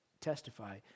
testify